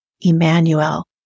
Emmanuel